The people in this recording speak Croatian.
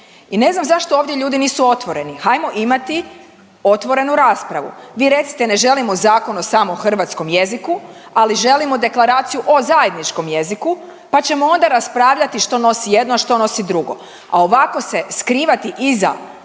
I ne znam zašto ovdje ljudi nisu otvoreni, hajmo imati otvorenu raspravu. Vi recite ne želimo zakon o samo hrvatskom jeziku, ali želimo deklaraciju o zajedničkom jeziku pa ćemo onda raspravljati što nosi jedno, a što nosi drugo, a ovako se skrivati iza